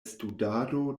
studado